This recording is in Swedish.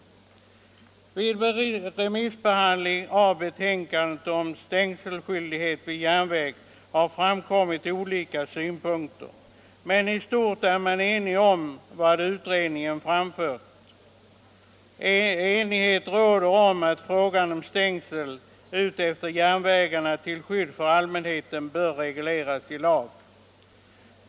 Vid remissbehandling av betänkandet om stängselskyldighet vid järnväg har framkommit olika synpunkter, men i stort är man enig om vad utredningen anfört. Enighet råder om att frågan om stängsel utefter järnvägarna till skydd för allmänheten bör regleras i lag.